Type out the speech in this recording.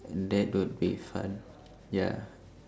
and that will be fun ya